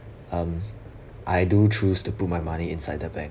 um I do choose to put my money inside the bank